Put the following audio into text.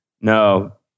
No